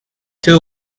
two